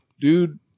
dude